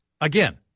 Again